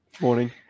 morning